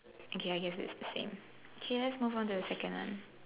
okay I guess is the same okay let's move on to the second one